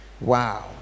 wow